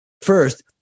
first